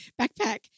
backpack